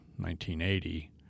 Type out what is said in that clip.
1980